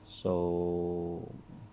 so